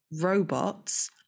robots